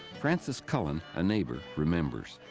frances cullen, a neighbour, remembers.